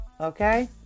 Okay